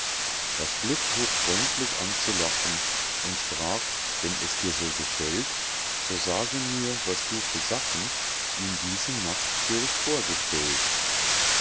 das glück hob freundlich an zu lachen und sprach wenn es dir so gefällt so sage mir was du für sachen ihm diese nacht durch vorgestellt